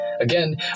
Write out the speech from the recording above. Again